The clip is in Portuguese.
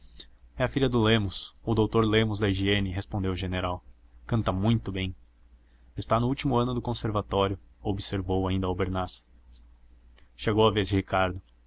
é a filha do lemos o doutor lemos da higiene respondeu o general canta muito bem está no último ano do conservatório observou ainda albernaz chegou a vez de ricardo